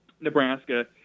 Nebraska